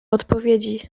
odpowiedzi